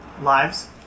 lives